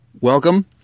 Welcome